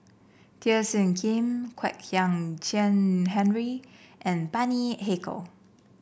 Teo Soon Kim Kwek Hian Chuan Henry and Bani Haykal